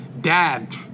Dad